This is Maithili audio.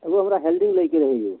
एगो हमरा हैंडिल लैके रहै यौ